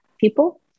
people